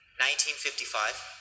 1955